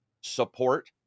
support